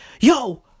Yo